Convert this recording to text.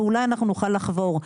ואולי אנחנו נוכל לחבור,